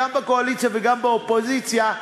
גם בקואליציה וגם באופוזיציה,